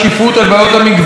על בעיות המגוון,